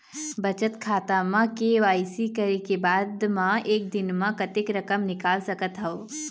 बचत खाता म के.वाई.सी करे के बाद म एक दिन म कतेक रकम निकाल सकत हव?